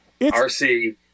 RC